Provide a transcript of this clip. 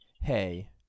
Hey